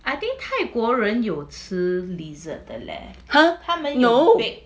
!huh! no